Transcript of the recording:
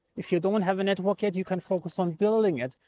if you don't have a network yet, you can focus on building it.